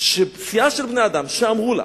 שסיעה של בני-אדם שאמרו לה: